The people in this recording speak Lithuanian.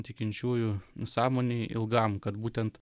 tikinčiųjų sąmonėj ilgam kad būtent